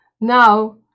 now